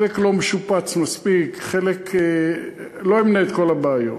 חלק לא משופץ מספיק, חלק, לא אמנה את כל הבעיות.